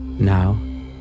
Now